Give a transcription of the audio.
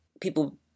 people